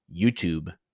YouTube